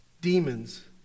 demons